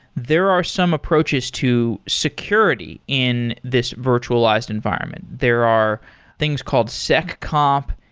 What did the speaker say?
there are some approaches to security in this virtualized environment. there are things called seccomp,